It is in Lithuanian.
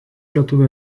lietuvių